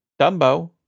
Dumbo